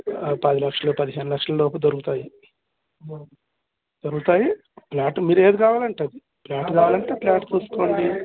పది లక్షలు పదిహేను లక్షల లోపు దొరుకుతాయి దొరుకుతాయి ప్లాట్ మీరు ఏది కావాలంటే అది ప్లాట్ కావాలంటే ప్లాట్ చూసుకోండి